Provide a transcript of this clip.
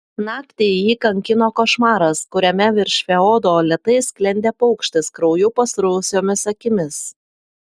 naktį jį kankino košmaras kuriame virš feodo lėtai sklendė paukštis krauju pasruvusiomis akimis